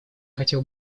хотел